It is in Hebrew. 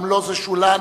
גם לא זו שלנו,